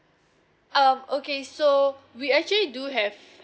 um okay so we actually do have